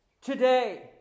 Today